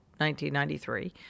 1993